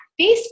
Facebook